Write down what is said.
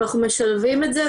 אנחנו משלבים את זה,